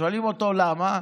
שואלים אותו: למה?